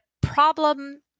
problem